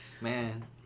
Man